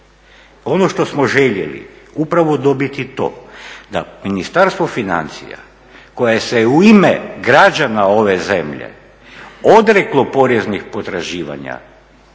Ono što smo željeli upravo dobiti to da Ministarstvo financija koje se u ime građana ove zemlje odreklo poreznih potraživanja,